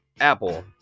Apple